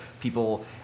people